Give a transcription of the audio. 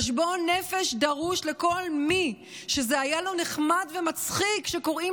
חשבון נפש דרוש לכל מי שהיה לו נחמד ומצחיק כשקוראים